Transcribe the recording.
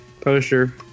poster